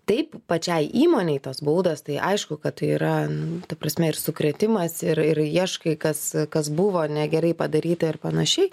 taip pačiai įmonei tos baudos tai aišku kad tai yra ta prasme ir sukrėtimas ir ir ieškai kas kas buvo negerai padaryta ir panašiai